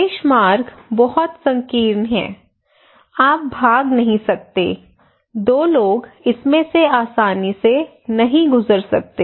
प्रवेश मार्ग बहुत संकीर्ण हैं आप आप भाग नहीं सकते दो लोग इसमें से आसानी से नहीं गुजर सकते